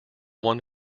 one